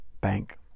bank